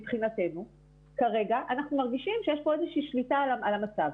מבחינתנו כרגע אנחנו מרגישים שיש פה איזושהי שליטה על המצב.